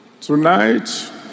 Tonight